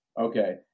okay